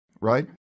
right